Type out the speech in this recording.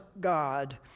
God